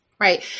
Right